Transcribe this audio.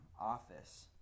office